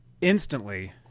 instantly